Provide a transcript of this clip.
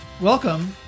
welcome